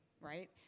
right